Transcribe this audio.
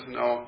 no